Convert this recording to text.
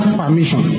permission